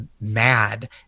mad